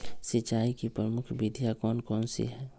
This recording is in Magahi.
सिंचाई की प्रमुख विधियां कौन कौन सी है?